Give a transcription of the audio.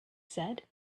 said